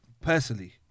personally